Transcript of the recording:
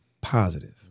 Positive